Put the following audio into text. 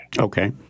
Okay